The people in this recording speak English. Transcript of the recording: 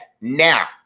now